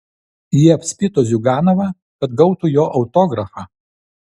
jie apspito ziuganovą kad gautų jo autografą